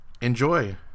enjoy